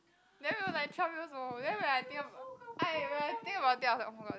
then we were like twelve years old then when I think of when I think about it I was oh-my-god